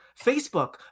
Facebook